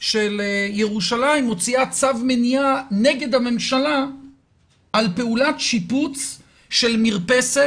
של ירושלים מוציאה צו מניעה נגד הממשלה על פעולת שיפוץ של מרפסת,